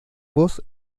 voz